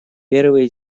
первый